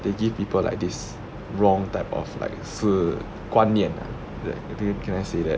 they give people like this wrong type of like si~ 观念的 dude can I say that